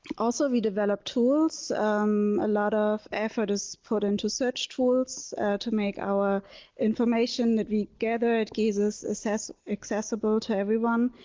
also we developed tools a lot of effort is put into search tools to make our information that we gather at jesus assess accessible to everyone